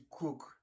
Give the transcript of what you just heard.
cook